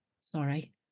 Sorry